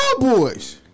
Cowboys